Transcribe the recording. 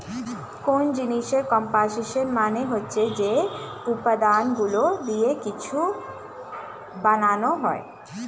কোন জিনিসের কম্পোসিশন মানে হচ্ছে যে উপাদানগুলো দিয়ে কিছু বানানো হয়